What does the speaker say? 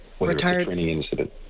Retired